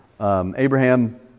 Abraham